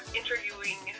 interviewing